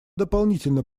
дополнительно